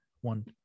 one